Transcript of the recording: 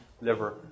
liver